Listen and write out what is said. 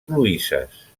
cloïsses